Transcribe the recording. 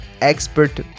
Expert